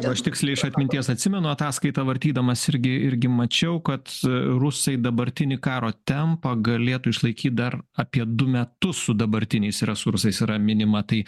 aš tiksliai iš atminties atsimenu ataskaitą vartydamas irgi irgi mačiau kad rusai dabartinį karo tempą galėtų išlaikyt dar apie du metus su dabartiniais resursais yra minima tai